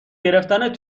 گرفتن